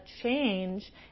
change